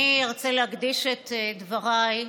אני ארצה להקדיש את דבריי,